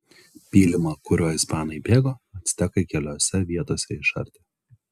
pylimą kuriuo ispanai bėgo actekai keliose vietose išardė